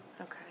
Okay